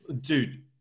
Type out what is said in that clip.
Dude